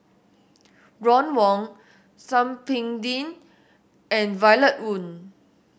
Ron Wong Thum Ping Tjin and Violet Oon